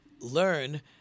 learn